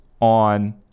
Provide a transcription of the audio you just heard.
on